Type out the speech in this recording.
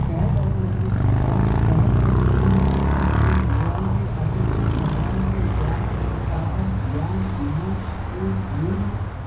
शहद और शहद और मधुमक्खियों का उपयोग भगवान के आशीर्वाद भगवान के प्यार ताकत ज्ञान महान मूल